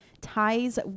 ties